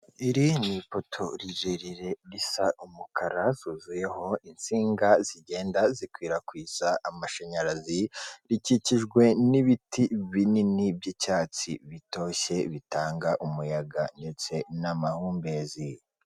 Iri nipoto ririre risa umukara, zuzuyeho insinga zigenda zikwirakwiza amashanyarazi, rikikijwe n'ibiti binini by'icyatsi bitoshye bitanga umuyaga ndetse n'amahumbezi.